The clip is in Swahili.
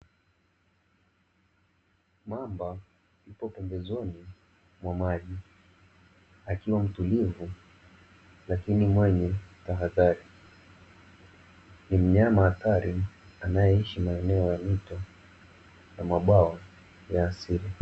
Mamba yupo pembezoni mwa maji, akiwa mtulivu lakini mwenye tahadhari. Ni mnyama hatari anayeishi maeneo ya mito na mabwawa ya asili.